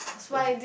cause